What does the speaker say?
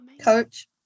coach